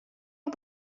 aux